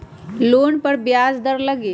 Loan पर ब्याज दर लगी?